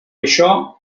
això